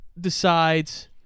decides